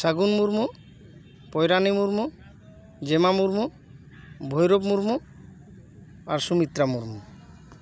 ᱥᱟᱜᱩᱱ ᱢᱩᱨᱢᱩ ᱯᱚᱭᱨᱟᱱᱤ ᱢᱩᱨᱢᱩ ᱡᱮᱢᱟ ᱢᱩᱨᱢᱩ ᱵᱷᱳᱭᱨᱳᱵ ᱢᱩᱨᱢᱩ ᱟᱨ ᱥᱩᱢᱤᱛᱨᱟ ᱢᱩᱨᱢᱩ